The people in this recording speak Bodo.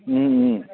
उम उम